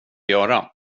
göra